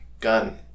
Gun